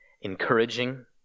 encouraging